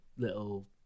Little